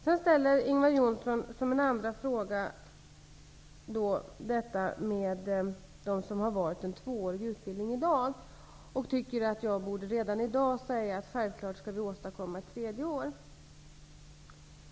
Som en andra fråga tar Ingvar Johnsson upp dem som nu har valt en tvåårig utbildning och tycker att jag redan i dag borde säga att vi självklart skall åstadkomma ett tredje år.